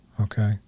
Okay